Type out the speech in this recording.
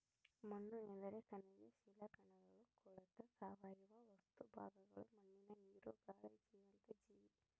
ಮಣ್ಣುಎಂದರೆ ಖನಿಜ ಶಿಲಾಕಣಗಳು ಕೊಳೆತ ಸಾವಯವ ವಸ್ತು ಭಾಗಗಳು ಮಣ್ಣಿನ ನೀರು, ಗಾಳಿ ಜೀವಂತ ಜೀವಿ